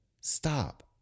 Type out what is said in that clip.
Stop